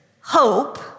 hope